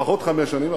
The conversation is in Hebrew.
לפחות חמש שנים,